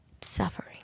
Suffering